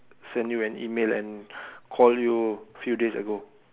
sent you an email and call you a few days ago